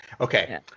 Okay